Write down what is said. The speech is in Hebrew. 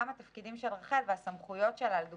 גם התפקידים של רח"ל והסמכויות שלה לדוגמה,